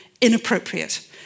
inappropriate